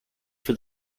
for